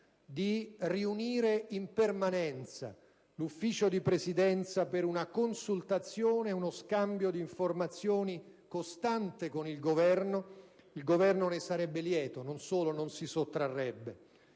di riunire in permanenza l'Ufficio di Presidenza per una consultazione ed uno scambio di informazioni costante con il Governo, il Governo non solo non si sottrarrebbe